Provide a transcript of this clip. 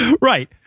Right